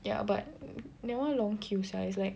ya but that one long queue sia it's like